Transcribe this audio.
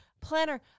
planner